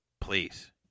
please